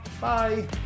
Bye